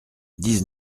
dix